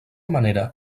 manera